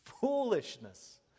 foolishness